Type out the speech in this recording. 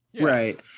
Right